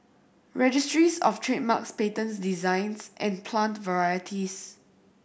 Registries Of Trademarks Patents Designs and Plant Varieties